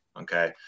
okay